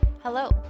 Hello